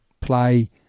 play